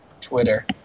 Twitter